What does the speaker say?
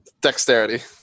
Dexterity